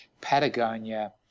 Patagonia